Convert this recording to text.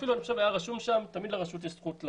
לדעתי, אפילו היה רשום שם שהרשות לא